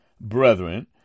brethren